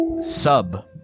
Sub